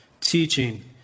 teaching